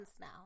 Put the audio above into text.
now